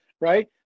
right